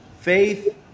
faith